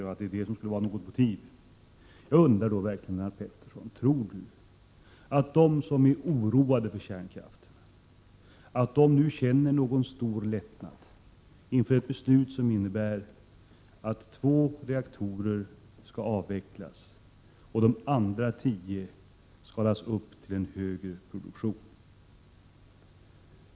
Jag undrar om Lennart Pettersson verkligen tror att de som är oroade på grund av kärnkraften nu verkligen känner någon stor lättnad inför ett beslut som innebär att två reaktorer skall avvecklas och de andra tio drivas på en högre produktionsnivå.